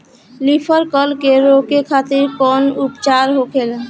Leaf curl के रोके खातिर कउन उपचार होखेला?